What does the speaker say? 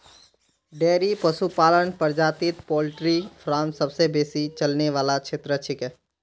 dairy पशुपालन प्रजातित poultry farm सबसे बेसी चलने वाला क्षेत्र छिके